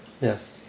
Yes